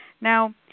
Now